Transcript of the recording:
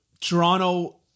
Toronto